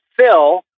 Phil